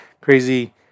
crazy